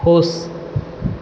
खुश